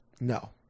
No